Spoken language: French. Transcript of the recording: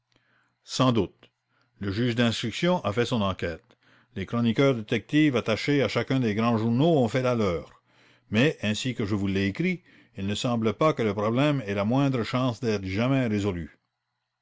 sans doute le juge d'instruction a fait son enquête les chroniqueurs détectives attachés à chacun des grands journaux ont fait la leur mais ainsi que je vous l'ai écrit il ne semble pas que le problème ait la moindre chance d'être jamais résolu